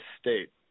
state